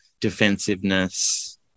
defensiveness